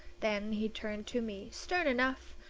then he turned to me, stern enough,